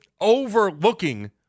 overlooking